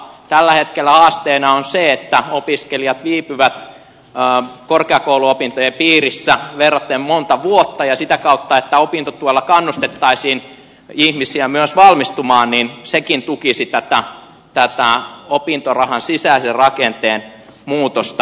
tällä hetkellä haasteena on se että opiskelijat viipyvät korkeakouluopintojen piirissä verrattain monta vuotta ja sitä kautta että opintotuella kannustettaisiin ihmisiä myös valmistumaan sekin tukisi tätä opintorahan sisäisen rakenteen muutosta